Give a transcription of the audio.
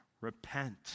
Repent